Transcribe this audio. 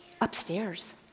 Upstairs